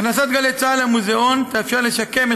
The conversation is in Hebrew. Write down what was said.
הכנסת גלי צה"ל למוזיאון תאפשר לשקם את